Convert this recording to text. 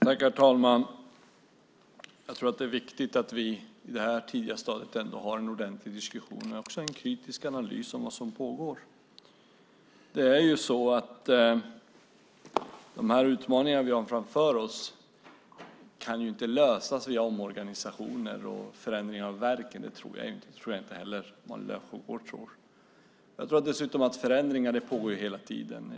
Herr talman! Jag tror att det är viktigt att vi i det här tidiga stadiet har en ordentlig diskussion och en kritisk analys av vad som pågår. De utmaningar vi har framför oss kan inte lösas via omorganisationer och förändringar av verken. Det tror jag inte heller att Malin Löfsjögård tror. Dessutom pågår förändringar hela tiden.